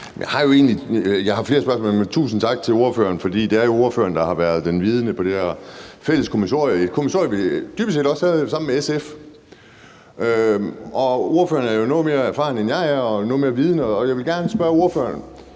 Tak for det. Tusind tak til ordføreren, for det er ordføreren, der har været den vidende på det her fælles kommissorie, som vi dybest set også havde lavet sammen med SF. Ordføreren er jo noget mere erfaren, end jeg er, og noget mere vidende, så jeg vil gerne spørge ordføreren,